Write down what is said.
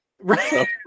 Right